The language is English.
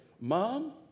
Mom